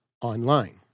online